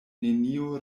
nenio